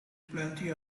plenty